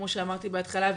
כמו שאמרתי בהתחלה,